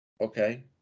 Okay